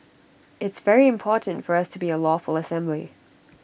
it's very important for us to be A lawful assembly